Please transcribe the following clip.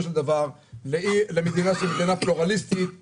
של דבר למדינה שהיא מדינה פלורליסטית,